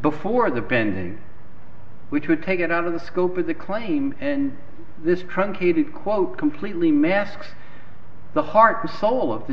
before the bending which would take it out of the scope of the claim and this truncated quote completely masks the heart the soul of the